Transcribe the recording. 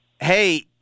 Hey